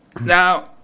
Now